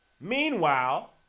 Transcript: Meanwhile